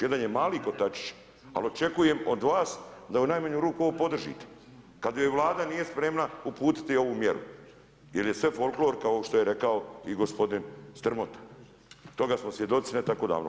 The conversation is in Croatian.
Jedan je mali kotačić, ali očekujem od vas da u najmanju ruku ovo podržite kad već Vlada nije spremna uputiti ovu mjeru jer je sve folklor kao što je rekao i gospodin Strmota, toga smo svjedoci ne tako davno.